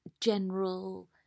general